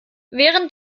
während